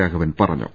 രാഘവൻ പറഞ്ഞു